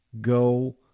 go